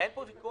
אין פה ויכוח.